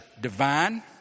divine